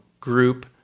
group